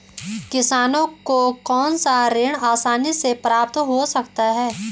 किसानों को कौनसा ऋण आसानी से प्राप्त हो सकता है?